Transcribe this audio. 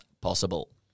possible